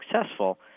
successful